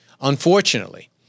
Unfortunately